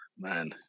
man